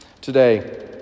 Today